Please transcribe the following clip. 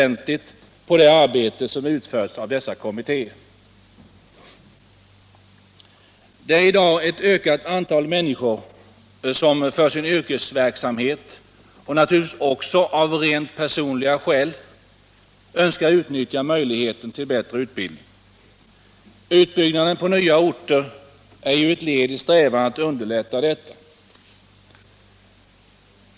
Det är i dag ett ökat antal människor som för sin yrkesverksamhet och naturligtvis också av rent personliga skäl önskar utnyttja möjligheten till bättre utbildning. Utbyggnaden på nya orter är ju ett led i strävan att underlätta detta.